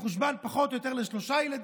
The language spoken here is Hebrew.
זה מחושב פחות או יותר ל-3 ילדים